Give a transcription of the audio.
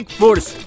force